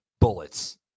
bullets